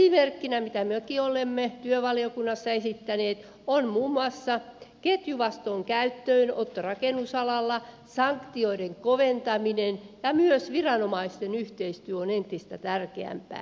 esimerkkinä mitä mekin olemme työvaliokunnassa esittäneet on muun muassa ketjuvastuun käyttöönotto rakennusalalla sanktioiden koventaminen ja myös viranomaisten yhteistyö on entistä tärkeämpää